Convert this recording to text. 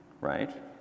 Right